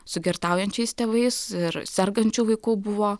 su girtaujančiais tėvais ir sergančių vaikų buvo